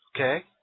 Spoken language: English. okay